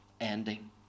ending